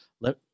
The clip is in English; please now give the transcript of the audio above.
let